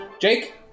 Jake